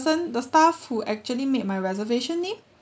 the staff who actually made my reservation name